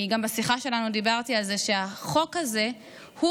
כי בשיחה שלנו דיברתי על זה שהחוק הזה הוא